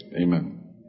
Amen